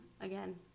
again